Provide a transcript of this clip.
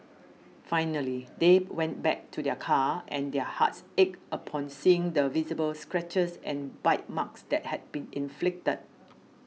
finally they went back to their car and their hearts ached upon seeing the visible scratches and bite marks that had been inflicted